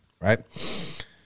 right